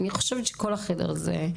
אני חושבת שכל החדר הזה,